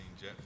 jet